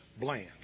bland